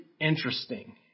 interesting